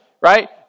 right